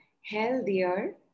healthier